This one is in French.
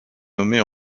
nommée